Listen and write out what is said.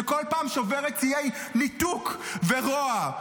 שבכל פעם שוברת שיאי ניתוק ורוע?